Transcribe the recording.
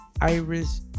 Iris